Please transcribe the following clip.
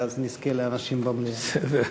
ואז נזכה לאנשים במליאה.